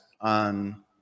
on